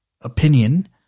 opinion